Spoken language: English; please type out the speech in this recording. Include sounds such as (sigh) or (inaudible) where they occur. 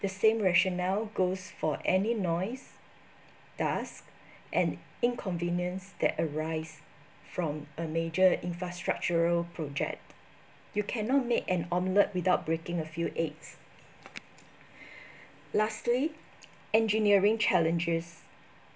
the same rationale goes for any noise dust and inconvenience that arise from a major infrastructural project you cannot make an omelette without breaking a few eggs (breath) lastly engineering challenges